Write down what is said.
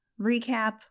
recap